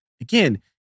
again